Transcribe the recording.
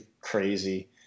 crazy